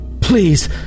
please